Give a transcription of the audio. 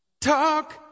Talk